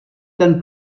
ten